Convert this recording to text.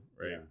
Right